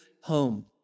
home